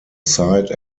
site